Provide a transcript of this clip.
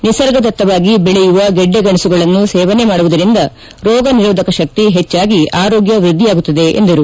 ನಿಸರ್ಗದತ್ತವಾಗಿ ಬೆಳೆಯುವ ಗೆಡ್ಡೆ ಗೆಣಸುಗಳನ್ನು ಸೇವನೆ ಮಾಡುವುದರಿಂದ ರೋಗ ನಿರೋಧಕ ಶಕ್ತಿ ಹೆಚ್ಚಾಗಿ ಆರೋಗ್ಯ ವೃದ್ದಿಯಾಗುತ್ತದೆ ಎಂದರು